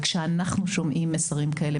כשאנחנו שומעים מסרים כאלה,